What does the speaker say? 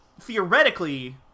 theoretically